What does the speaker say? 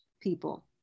people